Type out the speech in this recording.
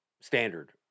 standard